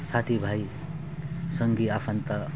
साथी भाइ सँगी आफन्त